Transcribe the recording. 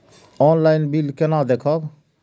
Online bill केना देखब?